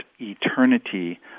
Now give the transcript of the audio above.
eternity